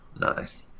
Nice